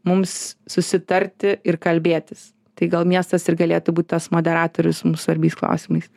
mums susitarti ir kalbėtis tai gal miestas ir galėtų būt tas moderatorius mum svarbiais klausimais